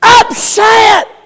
upset